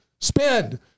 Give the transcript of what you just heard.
spend